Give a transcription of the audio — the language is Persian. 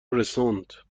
رسوند